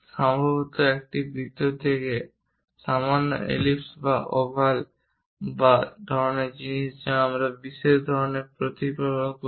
সম্ভবত একটি বৃত্ত থেকে একটি সামান্য ইলিপস বা ওভাল ধরনের জিনিস যা আমরা বিশেষ ধরনের প্রতীক ব্যবহার করি